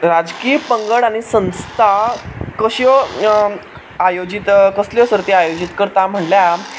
राजकीय पंगड आनी संस्था कश्यो आयोजीत कसल्यो सर्ती आयोजीत करता म्हणल्यार